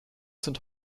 sind